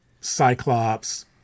Cyclops